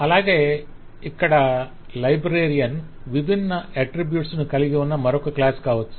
అలాగే ఇక్కడ లైబ్రేరియన్ విభిన్న అట్ట్రిబ్యూట్స్ ను కలిగి ఉన్న మరొక క్లాస్ కావచ్చు